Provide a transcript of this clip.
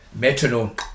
metronome